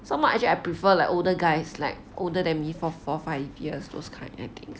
some more I actually prefer like older guys like older than me for~ four five years those kind I think